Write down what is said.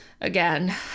Again